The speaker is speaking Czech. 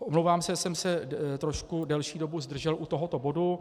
Omlouvám se, že jsem se trošku delší dobu zdržel u tohoto bodu.